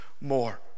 more